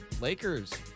Lakers